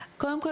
קודם כל,